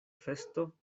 festo